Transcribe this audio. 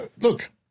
look